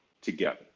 together